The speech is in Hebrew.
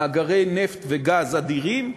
מאגרי נפט וגז אדירים,